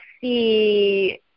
see